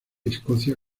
escocia